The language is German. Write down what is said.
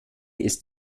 ist